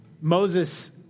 Moses